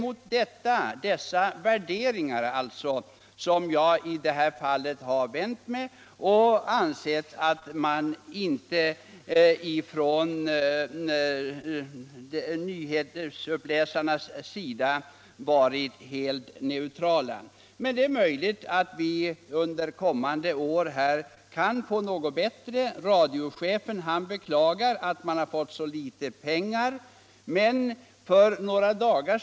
Det är mot dessa värderingar som jag har vänt mig och ansett att nyhetsuppläsarna inte varit helt neutrala. Nr 50 Men det är möjligt att förhållandena under kommande år kan bli bättre. Torsdagen den Radiochefen har beklagat att han fått så litet pengar att röra sig med.